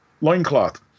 loincloth